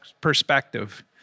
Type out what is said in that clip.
perspective